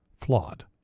flawed